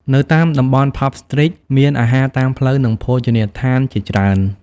នៅតាមតំបន់ Pub Street មានអាហារតាមផ្លូវ និងភោជនីយដ្ឋានជាច្រើន ។